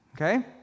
Okay